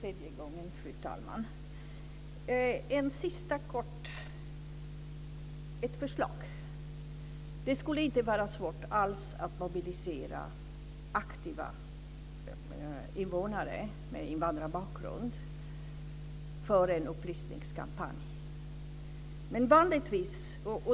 Fru talman! Tack för tredje gången. Ett sista kort förslag. Det skulle inte alls vara svårt att mobilisera aktiva invånare med invandrarbakgrund för en upplysningskampanj.